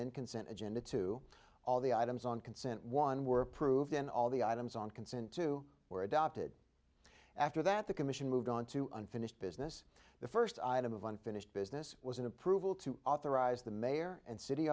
then consent agenda to all the items on consent one were approved in all the items on consent to were adopted after that the commission moved on to unfinished business the first item of unfinished business was an approval to authorize the mayor and city